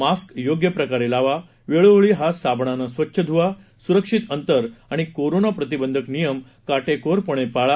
mask योग्य प्रकारे लावा वेळोवेळी हात साबणानं स्वच्छ धुवा सुरक्षित अंतर आणि कोरोना प्रतिबंधक नियम काटेकोरपणे पाळा